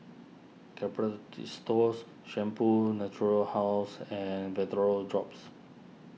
Shampoo Natura House and drops